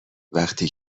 وقتی